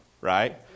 right